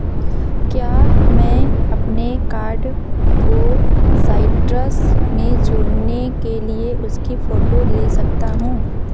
क्या मैं अपने कार्ड को साइट्रस में जोड़ने के लिए उसकी फ़ोटो ले सकता हूँ